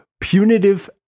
punitive